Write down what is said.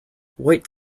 white